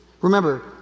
Remember